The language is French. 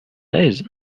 aise